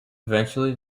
eventually